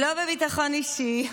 לא סמכת עליי,